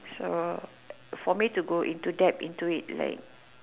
so for me to go into depth into it like